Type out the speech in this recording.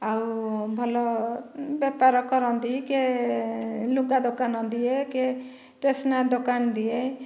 ଆଉ ଭଲ ବେପାର କରନ୍ତି କିଏ ଲୁଗା ଦୋକନ ଦିଏ କିଏ ଷ୍ଟେସନାରୀ ଦୋକାନ ଦିଏ